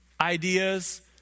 ideas